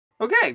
Okay